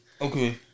Okay